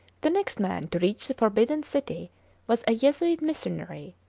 the next man to reach the forbidden city was a jesuit missionary,